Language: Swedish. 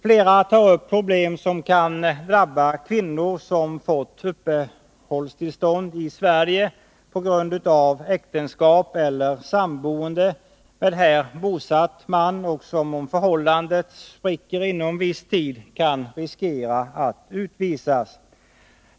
Flera tar upp problem som kan drabba kvinnor som fått uppehållstillstånd i Sverige på grund av äktenskap eller samboende med här bosatt man och som, om förhållandet spricker inom viss tid, kan riskera att utvisas.